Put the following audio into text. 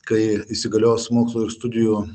kai įsigalios mokslo ir studijų